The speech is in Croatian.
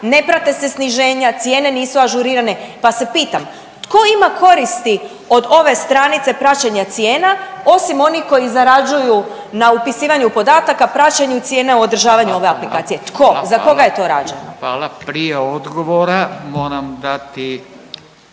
ne prate se sniženja, cijene nizu ažurirane pa se pitam, tko ima koristi od ove stranice praćenje cijene osim onih koji zarađuju na upisivanju podataka, praćenju cijena … .../Upadica: Hvala, hvala, hvala./...